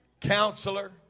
Counselor